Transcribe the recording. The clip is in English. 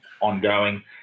ongoing